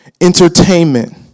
entertainment